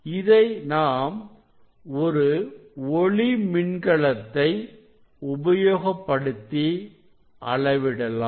இதை நாம் ஒரு ஒளி மின்கலத்தை உபயோகப்படுத்தி அளவிடலாம்